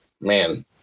man